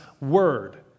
word